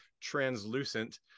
translucent